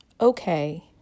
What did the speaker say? okay